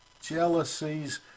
jealousies